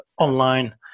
online